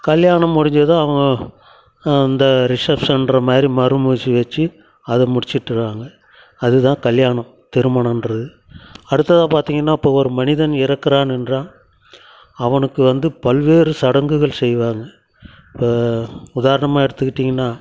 கல்யாணம் முடிஞ்சதும் அவங்க அந்த ரிசப்ஷன்ற மாதிரி மறுமூச்சி வச்சு அதை முடிச்சுட்டுருவாங்க அதுதான் கல்யாணம் திருமணன்றது அடுத்ததாக பார்த்தீங்கன்னா இப்போது ஒரு மனிதன் இறக்கிறான் என்றால் அவனுக்கு வந்து பல்வேறு சடங்குகள் செய்வாங்கள் உதாரணமாக எடுத்துக்கிட்டீங்கன்னால்